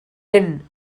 ben